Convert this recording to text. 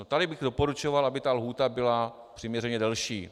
Tady bych doporučoval, aby ta lhůta byla přiměřeně delší.